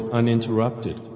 uninterrupted